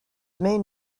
main